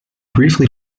briefly